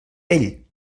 ell